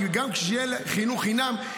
כי גם כשיהיה חינוך חינם,